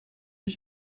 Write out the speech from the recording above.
ich